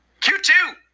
q2